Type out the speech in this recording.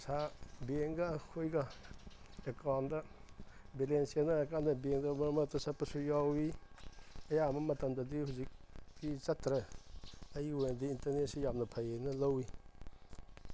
ꯄꯩꯁꯥ ꯕꯦꯡꯒ ꯑꯩꯈꯣꯏꯒ ꯑꯦꯀꯥꯎꯟꯗ ꯕꯦꯂꯦꯟꯁ ꯆꯦꯟꯅꯔ ꯀꯥꯟꯗ ꯕꯦꯡꯗ ꯃꯔꯛ ꯃꯔꯛꯇ ꯆꯠꯄꯁꯨ ꯌꯥꯎꯏ ꯑꯌꯥꯝꯕ ꯃꯇꯝꯗꯗꯤ ꯍꯧꯖꯤꯛꯇꯤ ꯆꯠꯇ꯭ꯔꯦ ꯑꯩꯒꯤ ꯑꯣꯏꯅꯗꯤ ꯏꯟꯇꯔꯅꯦꯠꯁꯤ ꯌꯥꯝꯅ ꯐꯩꯑꯅ ꯂꯧꯏ